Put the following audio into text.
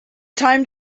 time